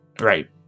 Right